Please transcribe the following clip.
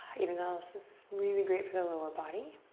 even though this is really great for the lower body.